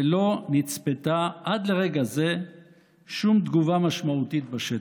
ולא נצפתה עד לרגע זה שום תגובה משמעותית בשטח.